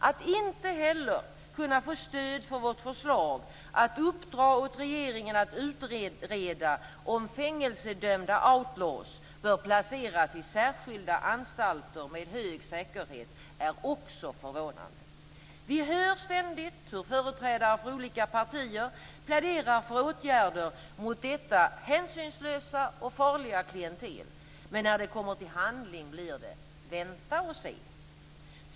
Att inte heller kunna få stöd för vårt förslag att uppdra åt regeringen att utreda om fängelsedömda outlaws bör placeras i särskilda anstalter med hög säkerhet är också förvånande. Vi hör ständigt hur företrädare för olika partier pläderar för åtgärder mot detta hänsynslösa och farliga klientel, men när det kommer till handling blir det: Vänta och se!